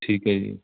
ਠੀਕ ਹੈ ਜੀ